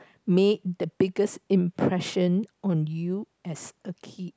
made the biggest impression on you as a kid